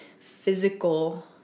physical